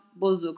bozuk